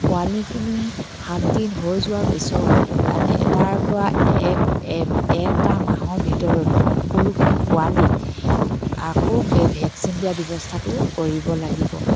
পোৱালিখিনি সাতদিন হৈ যোৱাৰ পিছত ৰাণী তাৰপৰা এক এ এটা মাহৰ ভিতৰত সকলোখিনি পোৱালিক আকৌ বে ভেকচিন দিয়াৰ ব্যৱস্থাটো কৰিব লাগিব